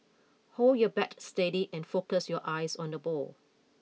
hold your bat steady and focus your eyes on the ball